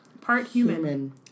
Part-human